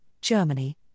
Germany